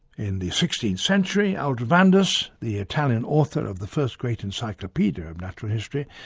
in the sixteenth century, aldrovandus, the italian author of the first great encyclopaedia of natural history,